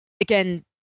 again